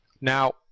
now